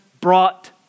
brought